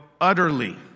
utterly